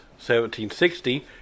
1760